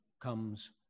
comes